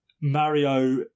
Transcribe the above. Mario